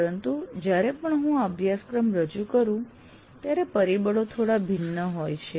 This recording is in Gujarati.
પરંતુ જ્યારે પણ હું આ અભ્યાસક્રમ રજુ કરું છું ત્યારે પરિબળો થોડા ભિન્ન હોય છે